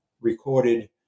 recorded